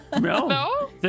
No